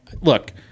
look –